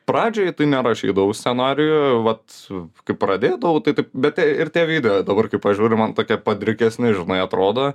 pradžioje tai nerašydavau scenarijų vat su kai pradėdavau tai taip bet tai ir tie video dabar kai pažiūri man tokie padrikesni žinai atrodo